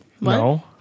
No